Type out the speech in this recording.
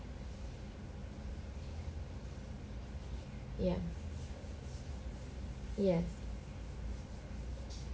ya yes